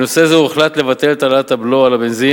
בנושא זה הוחלט לבטל את העלאת הבלו על הבנזין